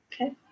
okay